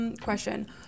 question